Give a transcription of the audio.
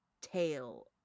tail